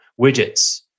widgets